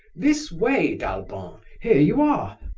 this way, d'albon, here you are!